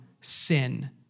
sin